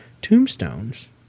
Tombstones